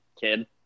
kid